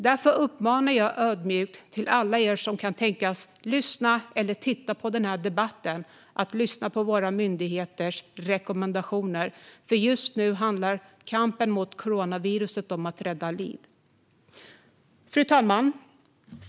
Därför uppmanar jag ödmjukt alla er som kan tänkas lyssna eller titta på den här debatten att lyssna på våra myndigheters rekommendationer. Just nu handlar kampen mot coronaviruset om att rädda liv.